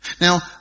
Now